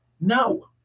No